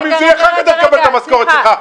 גם אם זה יהיה חג אתה תקבל את המשכורת שלך.